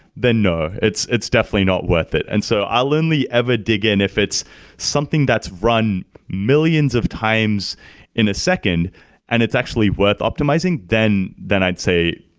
then no, it's it's definitely not worth it. and so i i'll only ever dig in if it's something that's run millions of times in a second and it's actually worth optimizing, then then i'd say,